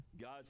God